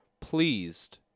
pleased